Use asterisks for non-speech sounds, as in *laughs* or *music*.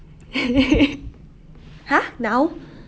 *laughs* !huh! now